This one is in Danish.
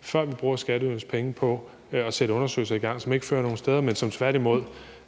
før vi bruger skatteydernes penge på at sætte undersøgelser i gang, som ikke fører nogen steder hen, men som tværtimod